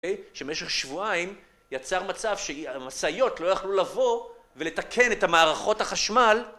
שבמשך שבועיים יצר מצב שהמשאיות לא יכלו לבוא ולתקן את המערכות החשמל